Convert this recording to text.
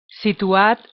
situat